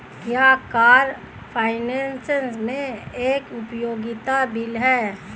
क्या car finance एक उपयोगिता बिल है?